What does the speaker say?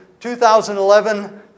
2011